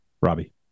Robbie